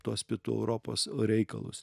tuos pietų europos reikalus